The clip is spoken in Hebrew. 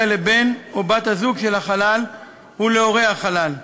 לבן או בת הזוג של החלל ולהורה החלל.